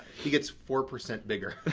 he gets four percent bigger.